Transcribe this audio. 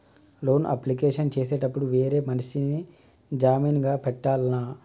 Loan application చేసేటప్పుడు వేరే మనిషిని జామీన్ గా పెట్టాల్నా?